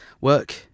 work